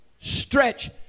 Stretch